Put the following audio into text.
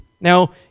Now